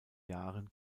jahren